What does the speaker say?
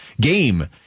game